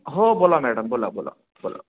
हो बोला मॅडम बोला बोला बोला